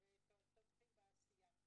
ותומכים בעשייה.